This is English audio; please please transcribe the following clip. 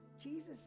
Jesus